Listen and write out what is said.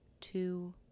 two